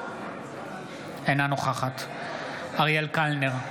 אינה נוכחת אריאל קלנר,